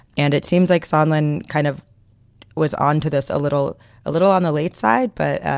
and it seems like soslan kind of was onto this a little a little on the late side. but